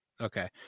Okay